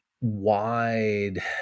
wide